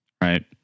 right